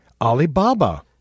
Alibaba